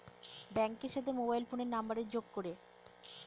ব্যাঙ্কের সাথে মোবাইল ফোনের নাম্বারের যোগ করে